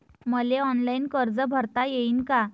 मले ऑनलाईन कर्ज भरता येईन का?